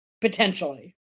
potentially